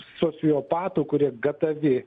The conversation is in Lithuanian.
sociopatų kurie gatavi